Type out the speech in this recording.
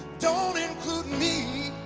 don't include me